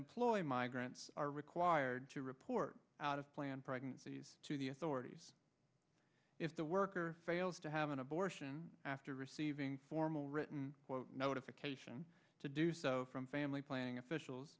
employ migrants are required to report out of planned pregnancies to the authorities if the worker fails to have an abortion after receiving a formal written notification to do so from family planning officials